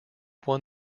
won